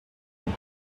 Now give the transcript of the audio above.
done